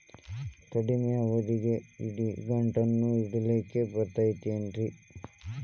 ಕಡಮಿ ಅವಧಿಗೆ ಇಡಿಗಂಟನ್ನು ಇಡಲಿಕ್ಕೆ ಬರತೈತೇನ್ರೇ?